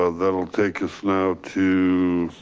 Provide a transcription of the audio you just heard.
ah that'll take us now to